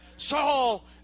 Saul